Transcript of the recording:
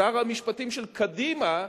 שר המשפטים של קדימה,